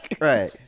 Right